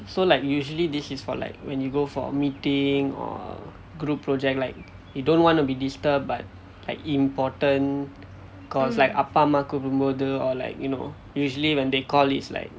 so like usually this is for like when you go for meeting or group project like you don't want to be disturbed but like important calls like அப்பா அம்மா கூப்பிடும் போது:appa amma kuppidum pothu or like you know usually when they call it's like